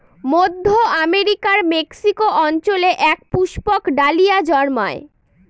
মধ্য আমেরিকার মেক্সিকো অঞ্চলে এক পুষ্পক ডালিয়া জন্মায়